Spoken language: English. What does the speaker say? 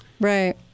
Right